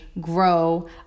grow